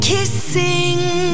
Kissing